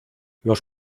los